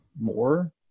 more